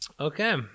Okay